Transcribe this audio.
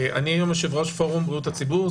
אני היום יו"ר פורום בריאות הציבור.